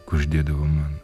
kuždėdavo man